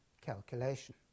calculation